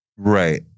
Right